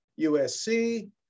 USC